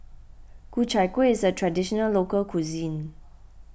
Ku Chai Kueh is a Traditional Local Cuisine